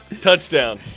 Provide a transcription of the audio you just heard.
Touchdown